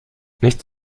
nicht